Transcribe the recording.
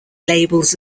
labels